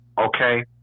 okay